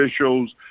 officials